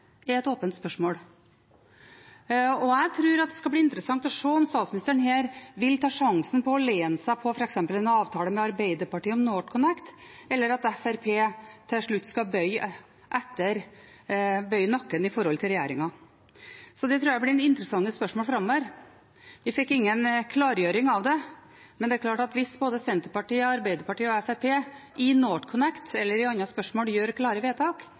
et åpent spørsmål. Jeg tror det skal bli interessant å se om statsministeren her vil ta sjansen på å lene seg på en avtale med f.eks. Arbeiderpartiet om NorthConnect, eller at Fremskrittspartiet til slutt skal bøye nakken overfor regjeringen. Så det tror jeg blir interessante spørsmål framover. Vi fikk ingen klargjøring av det. Men det er klart at hvis både Senterpartiet, Arbeiderpartiet og Fremskrittspartiet i forbindelse med NorthConnect eller i andre spørsmål gjør klare vedtak,